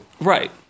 Right